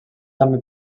també